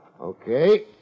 Okay